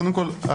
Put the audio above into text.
קודם כול,